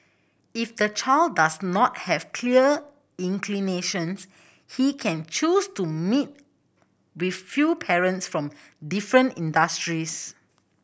if the child does not have clear inclinations he can choose to meet with few parents from different industries